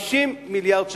50 מיליארד שקל.